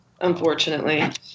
unfortunately